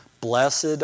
blessed